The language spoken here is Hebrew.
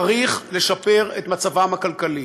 צריך לשפר את מצבם הכלכלי.